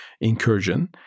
incursion